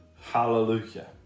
Hallelujah